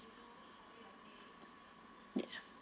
ya